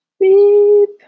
Beep